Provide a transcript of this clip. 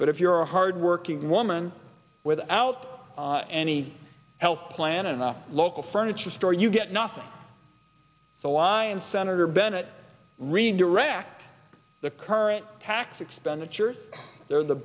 but if you're a hard working woman without any health plan and a local furniture store you get nothing so why and senator bennett redirect the current tax expenditures the